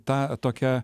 tą tokią